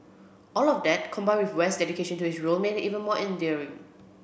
all of that combined with West's dedication to his role made it even more endearing